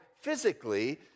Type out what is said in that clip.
physically